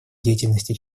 деятельности